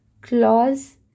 Clause